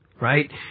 right